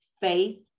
Faith